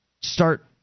start